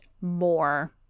more